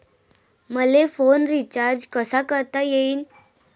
मले phone recharge कसा करता येईन?